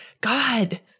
God